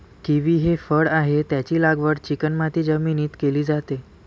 kiwi हे फळ आहे, त्याची लागवड चिकणमाती जमिनीत केली जाते